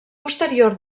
posterior